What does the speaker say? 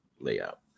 layout